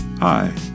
Hi